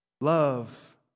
Love